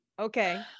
Okay